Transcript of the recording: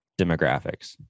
demographics